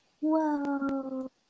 Whoa